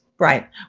Right